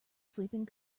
sleeping